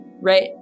right